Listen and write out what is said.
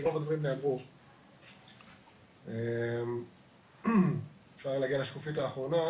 כי רוב הדברים כבר נאמרו אבל השקופית נעלמה.